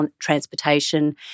transportation